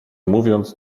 mówiąc